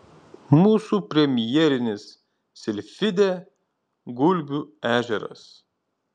mūsų premjerinis silfidė gulbių ežeras